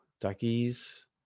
duckies